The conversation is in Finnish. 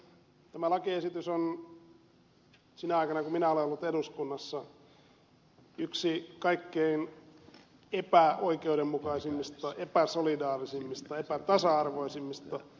tämä lakiesitys on sinä aikana kun minä olen ollut eduskunnassa yksi kaikkein epäoikeudenmukaisimmista epäsolidaarisimmista epätasa arvoisimmista